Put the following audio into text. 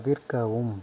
தவிர்க்கவும்